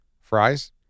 Fries